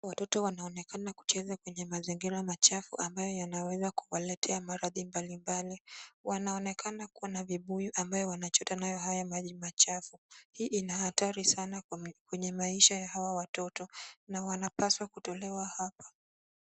Watoto wanaonekana kucheza kwenye mazingira machafu ambayo yanaweza kuwaletea madhara mbalimbali. Wanaonekana kuwa na vibuyu ambayo wanachota nayo hayo maji machafu. Hii ina hatari sana kwenye maisha ya hawa watoto na wanapaswa kutolewa hapa.